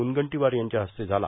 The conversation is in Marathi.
मुनगंटीवार यांच्या हस्ते झाला